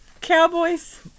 cowboys